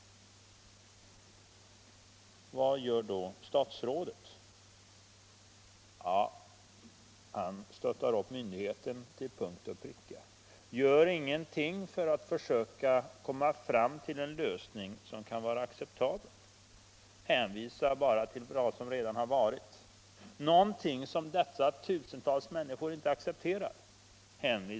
Vad gör då statsrådet? Jo, han stöttar myndigheten till punkt och pricka, gör ingenting för att försöka komma fram till en lösning som kan vara acceptabel, hänvisar bara till en utredning som socialstyrelsen gjort och som dessa tusentals människor inte kan acceptera.